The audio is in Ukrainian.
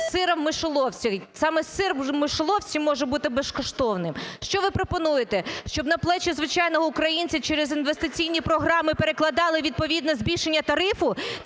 сиром в мишоловці. Саме сир в мишоловці може бути безкоштовним. Що ви пропонуєте? Щоб на плечі звичайного українця через інвестиційні програми перекладали відповідне збільшення тарифу